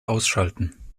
ausschalten